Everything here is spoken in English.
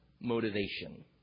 motivation